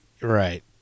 Right